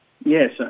Yes